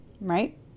Right